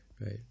right